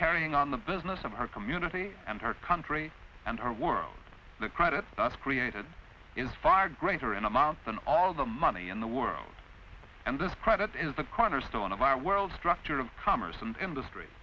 carrying on the business of her community and our country and our world the credit that's created is fire greater in amount than all the money in the world and this credit is the cornerstone of our world structure of commerce and industry